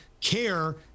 care